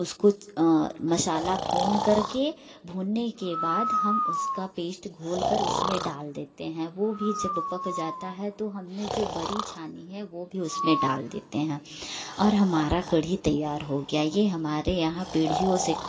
उसको मसाला भूनकर के भुनने के बाद हम उसका पेस्ट घोल कर उसमें डाल देते हैं वो भी जब पक जाता है तो हमने जो बड़ी छानी है वो भी उसमें डाल देते हैं और हमारा कढ़ी तैयार हो गया ये हमारे यहाँ पीढ़ियों से